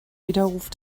widerruf